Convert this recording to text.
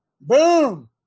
boom